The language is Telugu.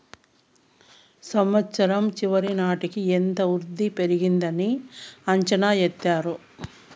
సంవచ్చరం చివరి నాటికి ఎంత వృద్ధి పెరిగింది అని అంచనా ఎత్తారు